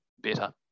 better